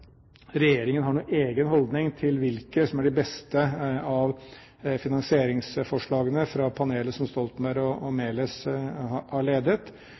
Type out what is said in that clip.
regjeringen har noen egen holdning til hvilke av finansieringsforslagene fra panelet som Stoltenberg og Meles har ledet,